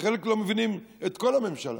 וחלק לא מבינים את כל הממשלה,